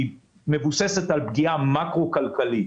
תהיה מבוססת על פגיעה מקרו כלכלית,